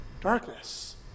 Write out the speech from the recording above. darkness